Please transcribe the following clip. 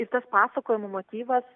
ir tas pasakojimo motyvas